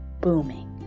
booming